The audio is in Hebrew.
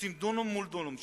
רוצים דונם מול דונם,